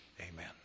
Amen